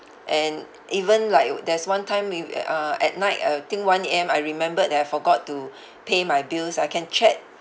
and even like there's one time we eh uh at night I think one A_M I remembered that I forgot to pay my bills I can chat